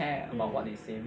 mm